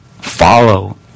follow